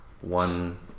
one